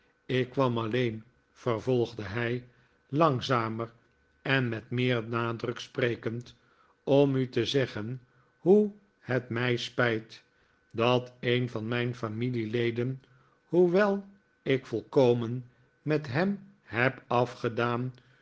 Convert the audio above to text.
ik kwam alleen vervolgde hij langzamer en met meer nadrbk sprekend om u te zeggen hoe het mij spijt dat een van mijn familieleden hoewel ik volkomen met hem heb afgedaan